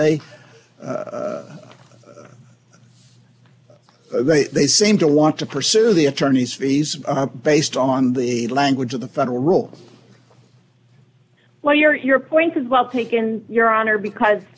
they they they seem to want to pursue the attorneys fees based on the language of the federal rule well your your point is well taken your honor